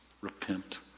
repent